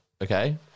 okay